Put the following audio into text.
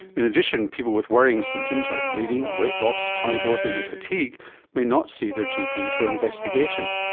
in addition, people with worrying symptoms like bleeding, weight loss, tummy bloating and fatigue may not see their gp for investigation.